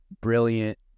brilliant